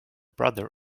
brother